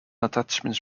attachments